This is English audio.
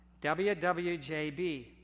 WWJB